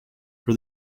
for